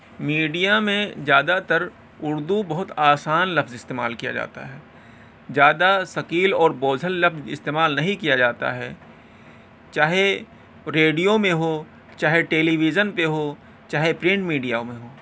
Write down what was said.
media میں زیادہ تر اردو بہت آسان لفظ استعمال کیا جاتا ہے زیادہ ثقیل اور بوجھل لفظ استعمال نہیں کیا جاتا ہے چاہے ریڈیو میں ہو چاہے ٹیلی ویژن پہ ہو چاہے پرنٹ میڈیا میں ہو